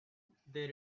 they